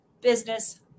business